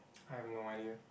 I have no idea